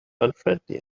unfriendly